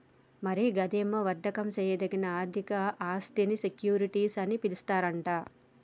మరి గదేమో వర్దకం సేయదగిన ఆర్థిక ఆస్థినీ సెక్యూరిటీస్ అని పిలుస్తారట